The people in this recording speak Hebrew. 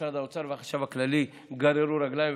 משרד האוצר והחשב הכללי גררו רגליים,